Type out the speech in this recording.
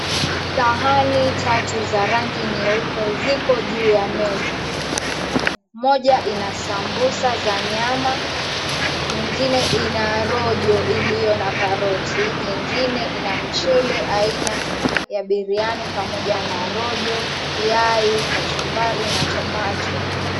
Sahani tatu za rangi nyeupe ziko juu ya meza. Moja ina sambusa za nyama, nyingine ina rojo iliyo na karoti, nyingine ina mchele aina ya biriani pamoja na rojo, yai, kachumbari na tomato .